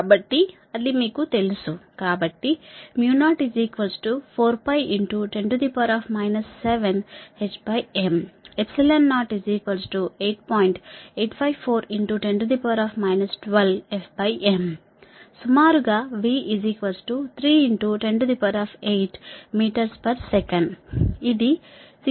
కాబట్టి అది మీకు తెలుసు కాబట్టి సుమారుగా v3108msecఇది 60 హెర్ట్జ్ పౌనఃపున్యం వద్ద లైట్ వెలాసిటీ